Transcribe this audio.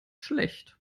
schlecht